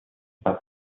سفری